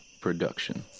Production